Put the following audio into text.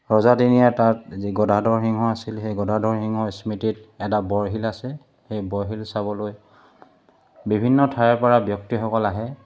ৰজাদিনীয়া তাত যি গদাধৰ সিংহ আছিল সেই গদাধৰ সিংহৰ স্মৃতিত এটা বৰশিল আছে সেই বৰশিল চাবলৈ বিভিন্ন ঠাইৰপৰা ব্যক্তিসকল আহে